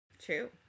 True